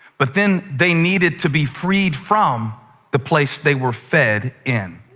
but then they needed to be freed from the place they were fed in.